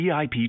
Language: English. VIP